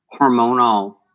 hormonal